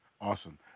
awesome